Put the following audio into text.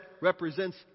represents